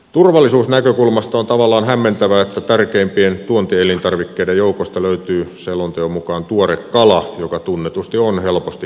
turvallisuusnäkökulmasta on tavallaan hämmentävää että tärkeimpien tuontielintarvikkeiden joukosta löytyy selonteon mukaan tuore kala joka tunnetusti on helposti pilaantuvaa